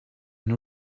know